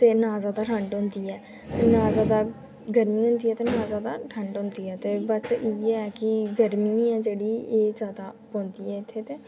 ते ना जादै ठंड होंदी ऐ ते ना जादै गर्मी ते ना जादै ठंड होंदी ऐ ते बस इ'यै कि गर्मी होऐ जेह्ड़ी एह् जादै पौंदी ऐ इत्थै